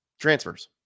Transfers